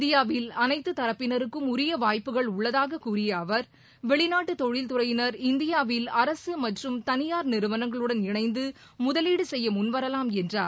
இந்தியாவில் அனைத்து தரப்பினருக்கும் உரிய வாய்ப்புகள் உள்ளதாக கூறிய அவர் வெளிநாட்டு தொழில் துறையினர் இந்தியாவில் அரசு மற்றும் தனியார் நிறுவனங்களுடன் இணைந்து முதலீடு செய்ய முன்வரலாம் என்றார்